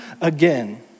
again